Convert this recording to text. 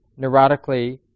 neurotically